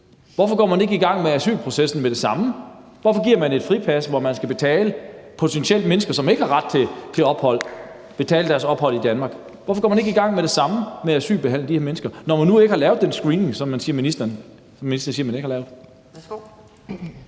Hvorfor går man ikke i gang med asylprocessen med det samme? Hvorfor giver man et fripas, hvor man skal betale menneskers ophold i Danmark, som potentielt ikke har ret til ophold i Danmark? Hvorfor går man ikke i gang med at asylbehandle de her mennesker med det samme, når man nu ikke har lavet den screening, som ministeren siger man ikke har lavet?